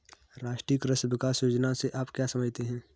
राष्ट्रीय कृषि विकास योजना से आप क्या समझते हैं?